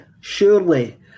surely